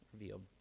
revealed